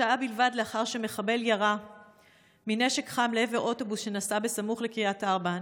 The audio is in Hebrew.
שעה בלבד לאחר שמחבל ירה מנשק חם לעבר אוטובוס שנסע סמוך לקריית ארבע,